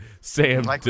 Sam